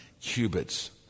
cubits